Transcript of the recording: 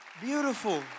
Beautiful